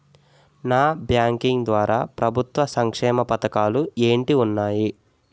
Non banking ద్వారా ప్రభుత్వ సంక్షేమ పథకాలు ఏంటి ఉన్నాయి?